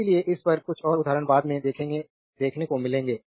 इसलिए इस पर कुछ और उदाहरण बाद में देखने को मिलेंगे